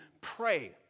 pray